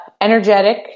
Energetic